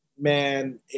man